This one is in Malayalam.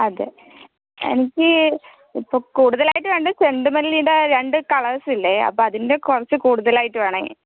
അതെ എനിക്ക് ഇപ്പോൾ കൂടുതലായിട്ട് വേണ്ടത് ചെണ്ടുമല്ലിടെ രണ്ട് കളർസില്ലേ അപ്പോൾ അതിൻ്റെ കുറച്ച് കൂടുതലായിട്ട് വേണേ